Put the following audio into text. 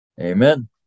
Amen